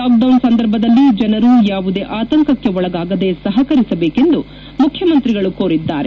lockdown ಸಂದರ್ಭದಲ್ಲಿ ಜನರು ಯಾವುದೇ ಆತಂಕಕ್ಕೆ ಒಳಗಾಗದೇ ಸಹಕರಿಸಬೇಕೆಂದು ಮುಖ್ಯಮಂತ್ರಿ ಕೋರಿದ್ದಾರೆ